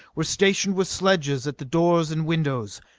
were stationed with sledges at the doors and windows.